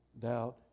doubt